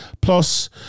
plus